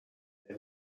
they